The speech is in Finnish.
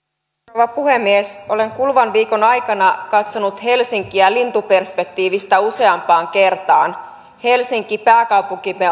rouva puhemies olen kuluvan viikon aikana katsonut helsinkiä lintuperspektiivistä useampaan kertaan helsinki pääkaupunkimme